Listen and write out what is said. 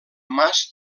mas